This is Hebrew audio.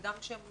גם כשהם אוכלים,